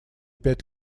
пять